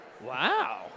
Wow